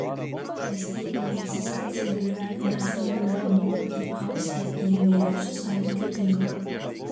kasdienėje egzistencijoje mes randame žmogų įaustą į įvairiausių santykių tinklą